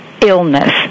illness